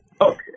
Okay